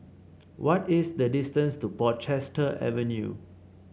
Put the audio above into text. what is the distance to Portchester Avenue